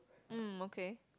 mm okay